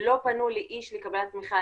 לא פנו לאיש לקבלת תמיכה.